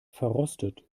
verrostet